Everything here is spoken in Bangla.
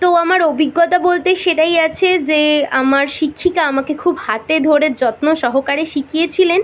তো আমার অভিজ্ঞতা বলতে সেটাই আছে যে আমার শিক্ষিকা আমাকে খুব হাতে ধরে যত্ন সহকারে শিখিয়েছিলেন